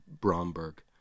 Bromberg